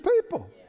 people